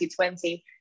2020